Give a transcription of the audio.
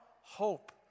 hope